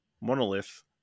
Monolith